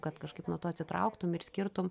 kad kažkaip nuo to atsitrauktum ir skirtum